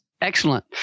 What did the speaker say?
Excellent